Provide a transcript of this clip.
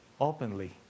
openly